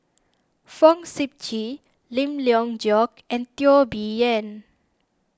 Fong Sip Chee Lim Leong Geok and Teo Bee Yen